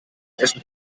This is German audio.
essen